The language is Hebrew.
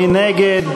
מי נגד?